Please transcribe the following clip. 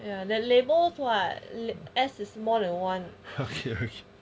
ya that labels what is more than one